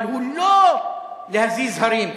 אבל הוא לא מזיז הרים,